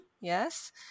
Yes